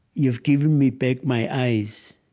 you have given me back my eyes.